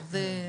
אבל זה,